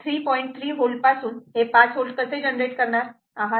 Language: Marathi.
3 V पासून हे 5 V कसे जनरेट करणार आहात